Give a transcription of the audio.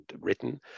written